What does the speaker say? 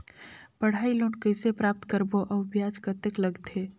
पढ़ाई लोन कइसे प्राप्त करबो अउ ब्याज कतेक लगथे?